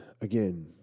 again